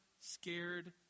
scared